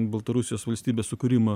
baltarusijos valstybės sukūrimą